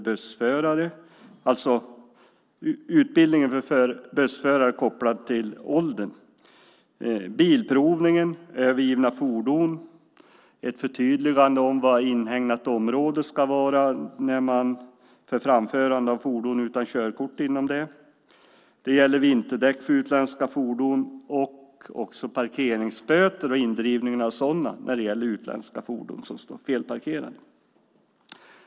Det gäller utbildning av bussförare kopplat till ålder, Bilprovningen, övergivna fordon, ett förtydligande om vad inhägnat område ska vara vid framförande av fordon utan körkort, vinterdäck för utländska fordon samt parkeringsböter och indrivning av dessa när det gäller utländska fordon som står felparkerade.